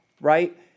right